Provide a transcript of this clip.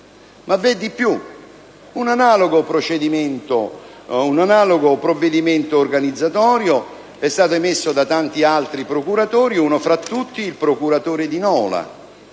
Ma vi è di più. Un analogo provvedimento organizzatorio è stato emesso da tanti altri procuratori. Cito uno fra tutti, il procuratore di Nola,